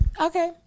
Okay